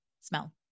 smell